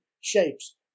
shapes